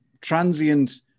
transient